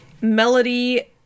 Melody